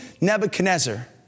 Nebuchadnezzar